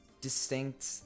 distinct